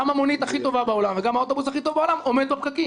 גם המונית הכי טובה בעולם וגם האוטובוס הכי טוב בעולם עומד בפקקים.